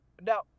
now